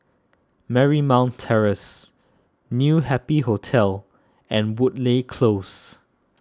Marymount Terrace New Happy Hotel and Woodleigh Close